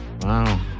Wow